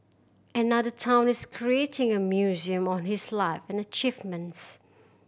another town is creating a museum on his life and achievements